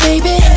Baby